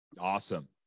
awesome